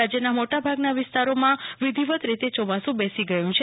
રાજ્યના મોટા ભાગના વિસ્તારોમાં વિધિવત રીતે ચોમાસુ બેસી ગયું છે